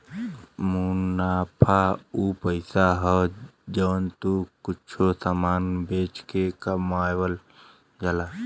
मुनाफा उ पइसा हौ जौन तू कुच्छों समान बेच के कमावल जाला